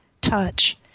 touch